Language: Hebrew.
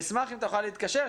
אשמח אם תוכל להתקשר.